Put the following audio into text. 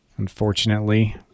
Unfortunately